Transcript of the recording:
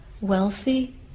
wealthy